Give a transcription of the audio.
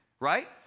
Right